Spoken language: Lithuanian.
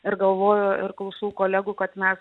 ir galvoju ir klausau kolegų kad mes